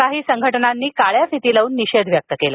काही संघटनांनी काळ्या फिती लावून निषेध व्यक्त केला